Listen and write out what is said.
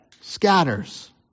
scatters